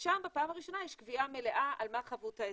שם בפעם הראשונה יש קביעה מלאה על מה חבות ההיטל.